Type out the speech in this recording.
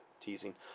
teasing